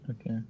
Okay